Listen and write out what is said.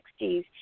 1960s